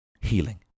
healing